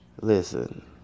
listen